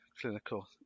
clinical